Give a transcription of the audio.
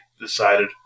decided